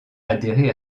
adhéré